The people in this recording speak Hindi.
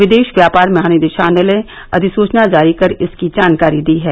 विदेश व्यापार महानिदेशालय ने अधिसूचना जारी कर इसकी जानकारी दी है